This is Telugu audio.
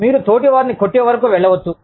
మీరు తోటివారిని కొట్టే వరకు వెళ్ళవచ్చు